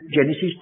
Genesis